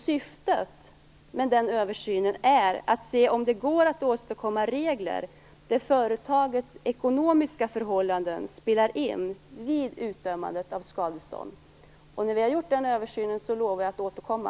Syftet med den översynen är att se om det går att åstadkomma regler där företagets ekonomiska förhållanden spelar in vid utdömandet av skadestånd. När vi har gjort den översynen lovar jag att återkomma.